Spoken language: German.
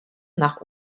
nach